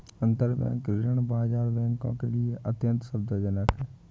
अंतरबैंक ऋण बाजार बैंकों के लिए अत्यंत सुविधाजनक है